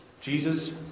Jesus